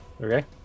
Okay